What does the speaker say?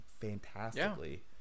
fantastically